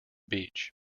beach